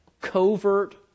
covert